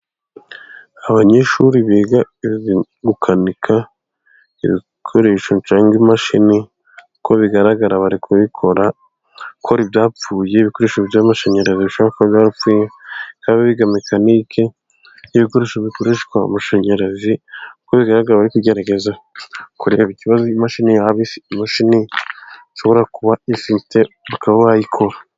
Abanyeshuri biga gukanika ibikoresho cyangwa imashini. Uko bigaragara bari kubikora ko ibyapfuye ibikoresho by'mashanyarazi bishobora kuba byarapfuye . Ibikoresho bikoreshwa amashanyarazi kuko bigaragara ko kugerageza kureba ikibazo imashini ya imashini ishobora kuba ifite bakaba bayikora.